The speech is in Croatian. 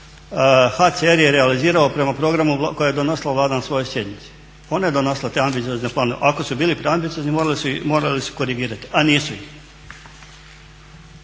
HCR je realizirao prema programu koji je donosila Vlada na svojoj sjednici. ona je donosila te ambiciozne planove. Ako su bili preambiciozni morali su korigirati, a nisu